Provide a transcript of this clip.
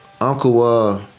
uncle